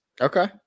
Okay